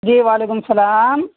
جی وعلیکم السلام